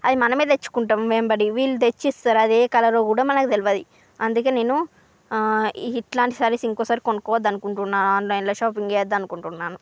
అది మనమే తెచ్చుకుంటాం మేంబడి వీలు తెచ్చిస్తారు అది ఏ కలర్ రో కూడా మనకు తెలువది అందుకే నేను ఇట్లాంటి సారీస్ ఇంకోసారి కొనుక్కోవద్దు అనుకుంటున్నాను ఆన్లైన్ లో షాపింగ్ చేయొద్దు అనుకుంటున్నాను